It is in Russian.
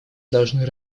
должны